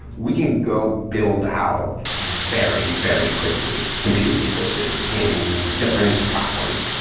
we can go build out very, very quickly compute resources in different platforms.